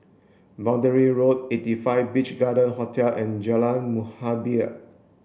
boundary Road eighty five Beach Garden Hotel and Jalan Muhibbah